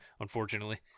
Unfortunately